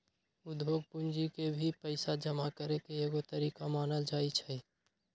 उद्योग पूंजी के भी पैसा जमा करे के एगो तरीका मानल जाई छई